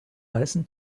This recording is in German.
heißen